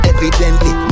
Evidently